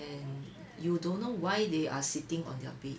and you don't know why they are sitting on their bed